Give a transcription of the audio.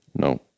No